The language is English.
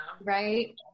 Right